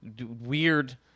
weird